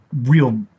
real